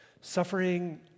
Suffering